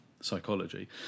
psychology